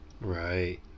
right